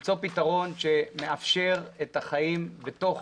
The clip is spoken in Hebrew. למצוא פתרון שמאפשר את החיים בתוך